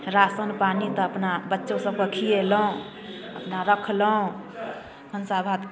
ration पानि तऽ अपना बच्चो सभकऽ खिएलहुँ अपना रखलहुँ भन्सा भात